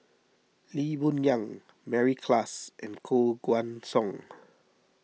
Lee Boon Yang Mary Klass and Koh Guan Song